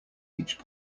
each